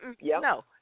No